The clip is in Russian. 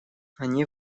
они